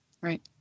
right